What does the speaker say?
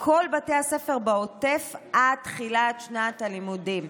כל בתי הספר בעוטף עד תחילת שנת הלימודים.